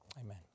Amen